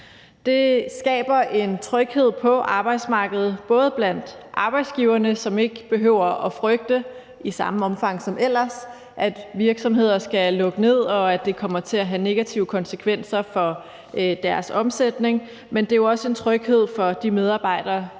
Det skaber en tryghed på arbejdsmarkedet, både blandt arbejdsgiverne, der ikke i samme omfang som ellers behøver at frygte, at virksomheder skal lukke ned, og at det kommer til at have negative konsekvenser for deres omsætning, men også en tryghed for de medarbejdere,